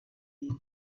lilla